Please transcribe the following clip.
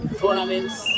tournaments